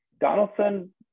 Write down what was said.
donaldson